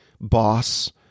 boss